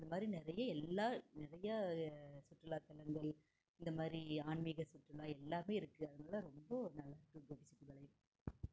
அந்த மாதிரி நிறைய எல்லா நிறையா சுற்றுலாத்தலங்கள் இந்த மாதிரி ஆன்மீக சுற்றுலா எல்லாமே இருக்கு அதனால் ரொம்ப நல்லா இருக்கு கோபிச்செட்டிப்பாளையம்